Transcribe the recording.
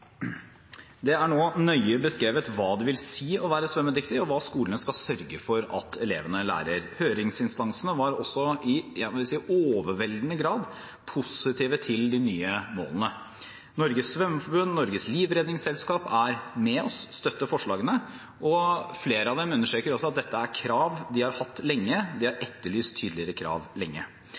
Det er nå nøye beskrevet hva det vil si å være svømmedyktig, og hva skolene skal sørge for at elevene lærer. Høringsinstansene var også – jeg vil si – i overveldende grad positive til de nye målene. Norges Svømmeforbund og Norges Livredningsselskap er med og støtter forslagene, og flere av dem understreker også at dette er krav de har hatt lenge – de har etterlyst tydeligere krav lenge.